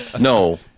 No